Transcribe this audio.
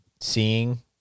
seeing